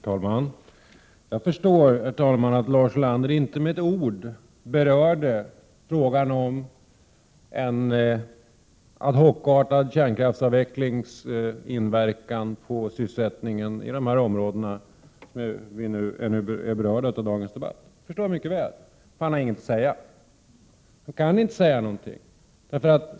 Herr talman! Jag förstår, herr talman, varför Lars Ulander inte med ett ord berörde frågan om en ad hoc-artad kärnkraftsavvecklingsinverkan på sysselsättningen i de områden som berörs i dagens debatt. Lars Ulander har ingenting att säga.